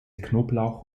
knoblauch